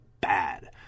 bad